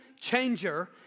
Changer